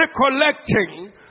recollecting